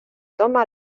toma